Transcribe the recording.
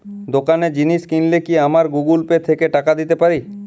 দোকানে জিনিস কিনলে কি আমার গুগল পে থেকে টাকা দিতে পারি?